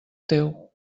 teu